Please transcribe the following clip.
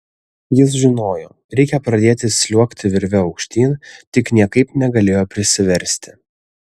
jis žinojo reikia pradėti sliuogti virve aukštyn tik niekaip negalėjo prisiversti